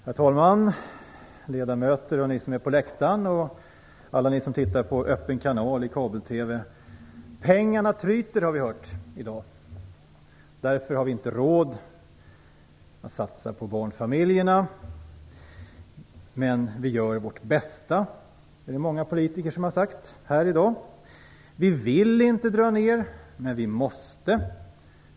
Herr talman! Ledamöter, ni som sitter på läktaren och alla ni som tittar på Öppen kanal i kabel-TV! Pengarna tryter. Därför har vi inte råd att satsa på barnfamiljerna, men vi gör vårt bästa. Detta har många politiker sagt här i dag. Vi vill inte dra ned, men vi måste.